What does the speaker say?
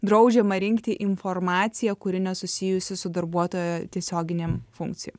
draudžiama rinkti informaciją kuri nesusijusi su darbuotojo tiesioginėm funkcijom